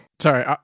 Sorry